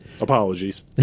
Apologies